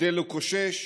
כדי לקושש